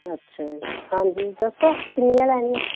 ਅੱਛਾ ਜੀ ਹਾਂਜੀ ਦੱਸੋ ਕਿੰਨੀਆਂ ਲੈਣੀਆਂ